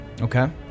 Okay